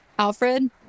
Alfred